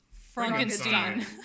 Frankenstein